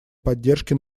поддержки